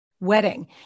wedding